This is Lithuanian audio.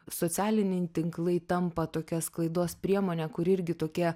socialiniai tinklai tampa tokia sklaidos priemone kur irgi tokie